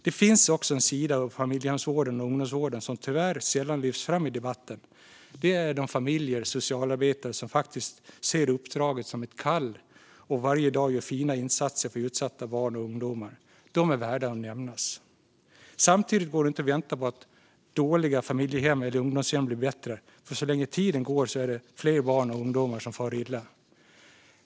Det finns en annan sida av familjehemsvården och ungdomsvården som tyvärr sällan lyfts fram i debatten. Det är de familjer och socialarbetare som faktiskt ser uppdraget som ett kall och varje dag gör fina insatser för utsatta barn och ungdomar. De är värda att nämnas. Samtidigt går det inte att vänta på att "dåliga" familjehem eller ungdomshem blir bättre, för så länge tiden går är det fler barn och ungdomar som far illa.